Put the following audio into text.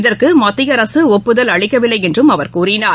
இதற்குமத்தியஅரசுஒப்புதல் அளிக்கவில்லைஎன்றும் அவர் கூறினார்